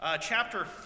chapter